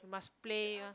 must play mah